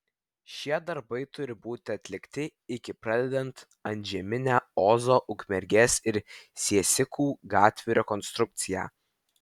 šie darbai turi būti atlikti iki pradedant antžeminę ozo ukmergės ir siesikų gatvių rekonstrukciją